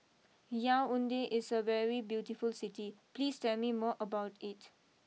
Yaounde is a very beautiful City please tell me more about it